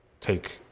take